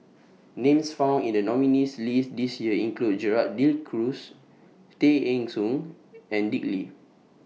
Names found in The nominees list This Year include Gerald De Cruz Tay Eng Soon and Dick Lee